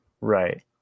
Right